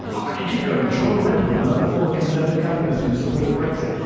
i could keep going. john redwood, another former conservative cabinet minister who supported brexit,